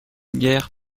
guère